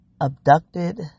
abducted